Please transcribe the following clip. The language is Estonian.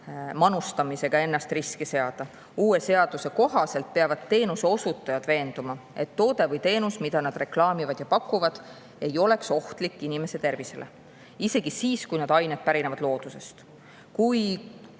manustamisega ennast ohtu seadma. Uue seaduse kohaselt peavad teenuse osutajad veenduma, et toode või teenus, mida nad reklaamivad ja pakuvad, ei ole ohtlik inimese tervisele, selles tuleb veenduda ka siis, kui need ained pärinevad loodusest. Kui